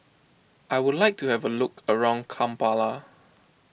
I would like to have a look around Kampala